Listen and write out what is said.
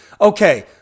Okay